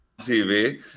tv